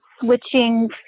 switching